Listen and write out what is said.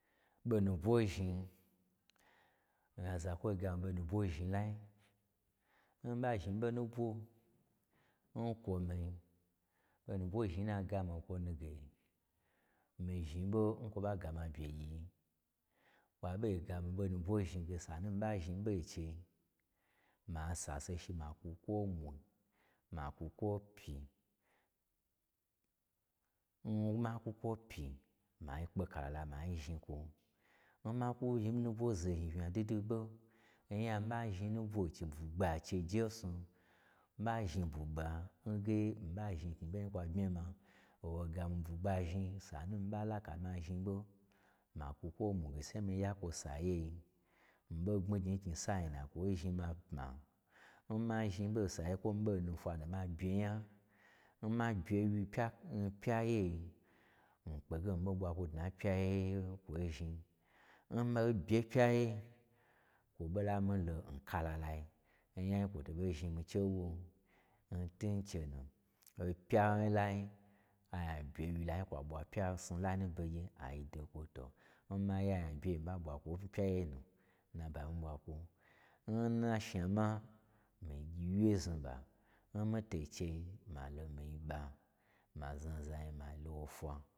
Ɓo nubwo zhni, oya zakwoi gha ɓo nubwo zhni lai nu, n mii ɓa zhni ɓo nubwo n kwo mi-i, ɓo nubwo zhni n nagamii okwo nuge, mii zhni ɓo nkwo ɓa ga mii abye gyi. ɓa ɓo gamii ɓo nubwo zhni ge sanu n mii ɓa zhni ɓo nchei, ma sase shi ma kwu kwo mwui, ma kwu kwo pyi n makwu kwo pyi, mai kpe kalala mai zhni kwo, n ma kwu mii nyi ɓo nubwo zo zhni vnhya dwu dwu n ɓo, n nya n ɓa zhni nubwo n chei, bwugba n chei jesnu, mii ɓa zhni bwugha nge mii ɓa zhni n ge mii ɓa zhni knyi ɓei kwa bmya ma, o wa ga mii bwugba zhni sanu mii ɓa laka ma zhni ɓo makwu kwo mwu che mii ya kwo n sayi, mii ɓo gbmi gnyi n knyi sai na kwa zhni ma pma, nma zhni ɓo nmsayi kwo n mii ɓo nu fwamu ma bye nya, n ma bye wyi npya-npya yei, ma kpe ge mii ɓo ɓwa kwo dna n pya yei, kwo zhni. Nma bye n pyaye, kwo ɓo la mii lo n kalalayi, o nya kwo to ɓo zhni mii chewon, ntwu n chenu, opya n lai ai a bye wyi lai kwa ɓwa pya n snu lai nu n begye a dwokwo. To n maya nya bye mii ɓa ɓwa kwo n pya ye nu mii ɓwakwo, n na shnama, mii gyi wye znuɓa n mii to nchei malo miyi ɓa, ma zna za nyi ma lo wo fwa.